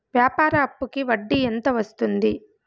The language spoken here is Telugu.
వ్యాపార అప్పుకి వడ్డీ ఎంత వస్తుంది?